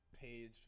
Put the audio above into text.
Page